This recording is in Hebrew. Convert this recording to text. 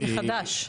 מחדש?